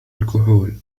الكحول